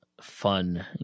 fun